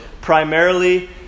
primarily